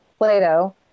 Plato